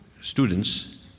students